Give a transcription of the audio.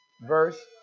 verse